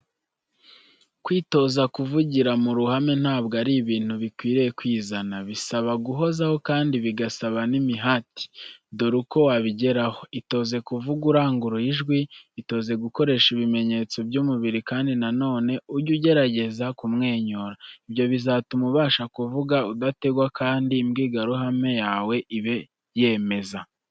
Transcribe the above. Kwitoza kuvugira mu ruhame ntabwo ari ibintu bikwiriye kwizana. Bisaba guhozaho kandi bigasaba n'imihati. Dore uko wabigeraho: itoze kuvuga uranguruye ijwi, itoze gukoresha ibimenyetso by'umubiri kandi na none, ujye ugerageza kumwenyura. Ibyo bizatuma ubasha kuvuga udategwa kandi imbwirwaruhame yawe ibe yemeza.